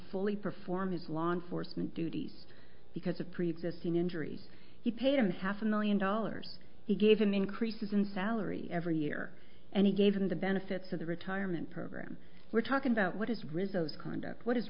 fully perform his law enforcement duties because of preexisting injuries he paid him half a million dollars he gave an increase in salary every year and he gave them the benefits of the retirement program we're talking about what is rizzo's conduct what is